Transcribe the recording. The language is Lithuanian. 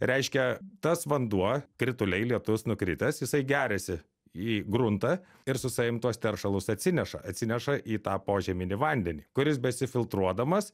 reiškia tas vanduo krituliai lietus nukritęs jisai geriasi į gruntą ir su savim tuos teršalus atsineša atsineša į tą požeminį vandenį kuris besifiltruodamas